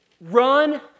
run